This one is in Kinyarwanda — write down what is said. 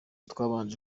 twabanje